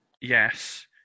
yes